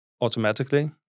automatically